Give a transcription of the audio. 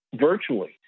virtually